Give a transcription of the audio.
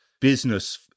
business